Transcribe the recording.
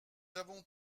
avons